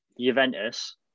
Juventus